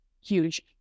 huge